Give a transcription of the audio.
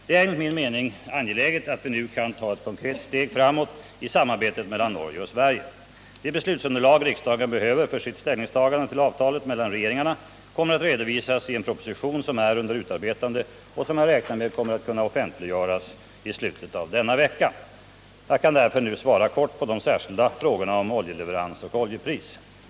Det är enligt min mening angeläget att vi nu kan ta ett konkret steg framåt i samarbetet mellan Norge och Sverige. Det beslutsunderlag riksdagen behöver för sitt ställningstagande till avtalet mellan regeringarna kommer att redovisas i en proposition som är under utarbetande och som jag räknar med kommer att kunna offentliggöras i slutet av denna vecka. Jag kan därför nu svara kort på de särskilda frågorna om oljeleverans och oljepris.